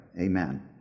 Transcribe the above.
amen